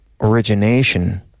origination